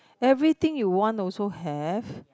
everything you want also have